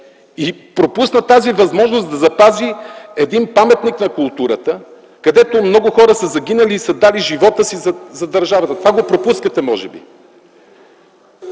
и пропусна тази възможност да запази един паметник на културата, където много хора са загинали и са дали живота си за държавата. Това го пропускате може би.